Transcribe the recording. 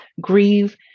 grieve